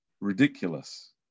ridiculous